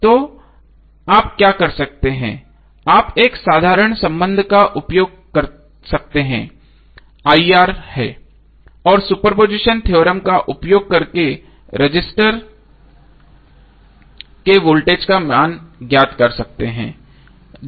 तो आप क्या कर सकते हैं आप एक साधारण संबंध का उपयोग कर सकते हैं है और आप सुपरपोजिशन थ्योरम का उपयोग करके रेज़िस्टर के वोल्टेज का मान ज्ञात कर सकते हैं